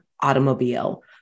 automobile